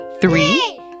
Three